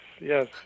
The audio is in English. yes